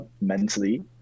mentally